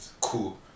Cool